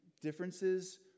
differences